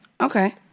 okay